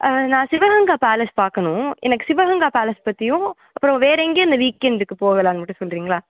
ஆ நான் சிவகங்கா பேலஸ் பார்க்கணும் எனக்கு சிவகங்கா பேலஸ் பற்றியும் அப்புறம் வேறு எங்கே இந்த வீக்கெண்டுக்கு போகலாம்னு மட்டும் சொல்றிங்களா